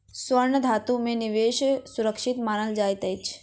स्वर्ण धातु में निवेश सुरक्षित मानल जाइत अछि